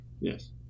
Yes